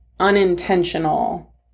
Unintentional